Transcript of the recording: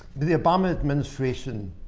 the the obama administration